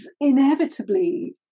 inevitably